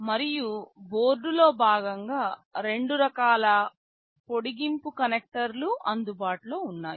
మరియు బోర్డులో భాగంగా రెండు రకాల పొడిగింపు కనెక్టర్లు అందుబాటులో ఉన్నాయి